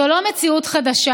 זו לא מציאות חדשה,